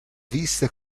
viste